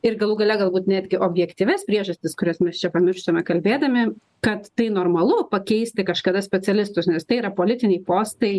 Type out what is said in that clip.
ir galų gale galbūt netgi objektyvias priežastis kurias mes čia pamirštame kalbėdami kad tai normalu pakeisti kažkada specialistus nes tai yra politiniai postai jie